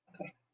Okay